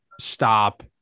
stop